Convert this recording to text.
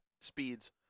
speeds